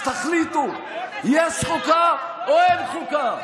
אז תחליטו, יש חוקה או אין חוקה?